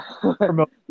promote –